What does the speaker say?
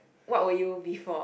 what were you before